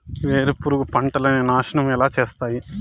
వేరుపురుగు పంటలని నాశనం ఎలా చేస్తాయి?